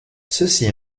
ceci